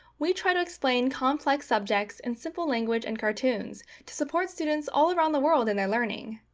we try to explain complex subjects and simple language and cartoons to support students all around the world in their learning.